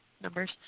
numbers